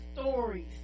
stories